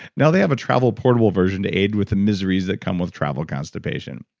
now they have a travel portable version to aid with the miseries that come with travel constipation.